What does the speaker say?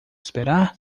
esperar